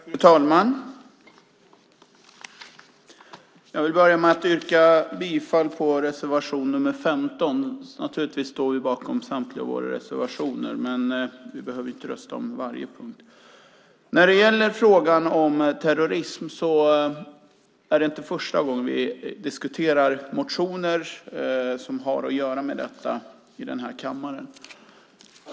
Fru talman! Jag vill börja med att yrka bifall till reservation nr 15. Naturligtvis står vi bakom samtliga våra reservationer, men vi behöver inte rösta om varje punkt. När det gäller frågan om terrorism är det inte första gången vi i kammaren diskuterar motioner som har att göra med detta.